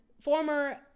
former